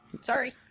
Sorry